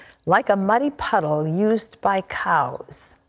like a muddy puddle used by cows.